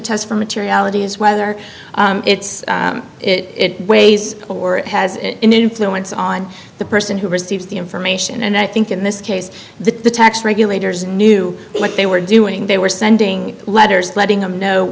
test for materiality is whether it's it weighs or it has an influence on the person who receives the information and i think in this case the tax regulators knew what they were doing they were sending letters letting them know